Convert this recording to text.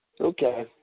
Okay